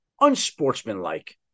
unsportsmanlike